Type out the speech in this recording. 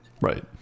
Right